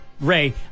Ray